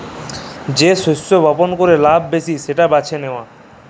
যে শস্য বপল ক্যরে লাভ ব্যাশি সেট বাছে লিয়া